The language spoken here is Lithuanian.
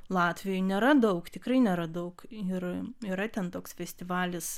latvijoj nėra daug tikrai nėra daug ir yra ten toks festivalis